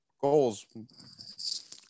goals